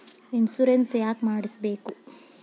Insurance ಯಾಕ್ ಮಾಡಿಸಬೇಕು?